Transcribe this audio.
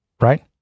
right